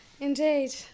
Indeed